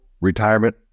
retirement